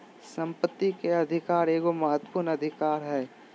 संपत्ति के अधिकार एगो महत्वपूर्ण अधिकार हइ